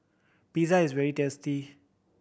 pizza is very tasty